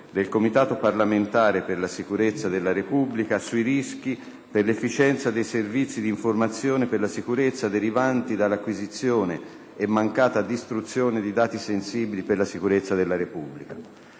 del Comitato parlamentare per la sicurezza della Repubblica sui rischi per l'efficienza dei Servizi di informazione per la sicurezza derivanti dall'acquisizione e mancata distruzione di dati sensibili per la sicurezza della Repubblica